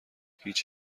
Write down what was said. هیچ